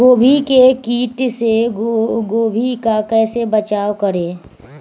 गोभी के किट से गोभी का कैसे बचाव करें?